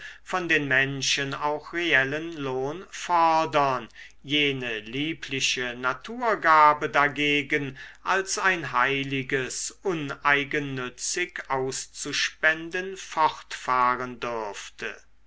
von den menschen auch reellen lohn fordern jene liebliche naturgabe dagegen als ein heiliges uneigennützig auszuspenden fortfahren dürfte